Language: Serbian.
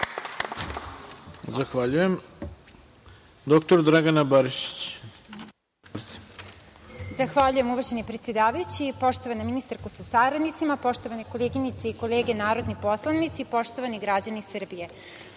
Barišić. **Dragana Barišić** Zahvaljujem, uvaženi predsedavajući. Poštovana ministarko sa saradnicima, poštovane koleginice i kolege narodni poslanici, poštovani građani Srbije,